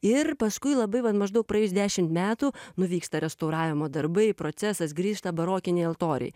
ir paskui labai va maždaug praėjus dešim metų nu vyksta restauravimo darbai procesas grįžta barokiniai altoriai